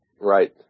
Right